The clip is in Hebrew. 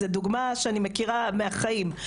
זאת דוגמה שאני מכירה מהחיים,